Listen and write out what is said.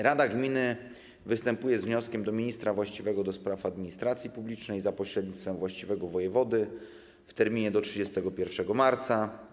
Rada gminy występuje z wnioskiem do ministra właściwego do spraw administracji publicznej, za pośrednictwem właściwego wojewody, w terminie do 31 marca.